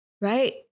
right